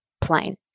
plane